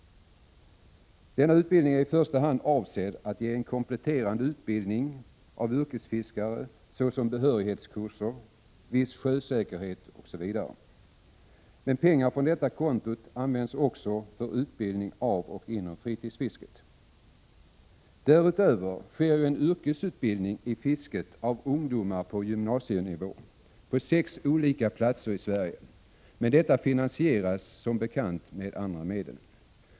Denna utbildning är i första hand avsedd att vara en kompletterande utbildning av yrkesfiskare såsom behörighetskurser, viss sjösäkerhetsutbildning osv., men pengar från detta konto används också för utbildning av och inom fritidsfisket. Därutöver sker en yrkesutbildning i fisket av ungdomar på gymnasienivå på sex olika platser i Sverige, men detta finansieras som bekant med andra medel.